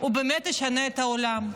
הוא באמת ישנה את העולם.